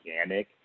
organic